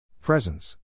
Presence